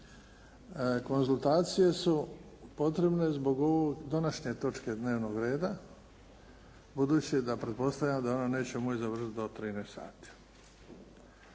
Konzultacije su potrebne zbog današnje točke dnevnog reda, budući da pretpostavljam da ona neće moći završiti do 13 sati.